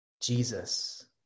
jesus